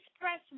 press